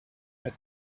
had